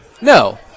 No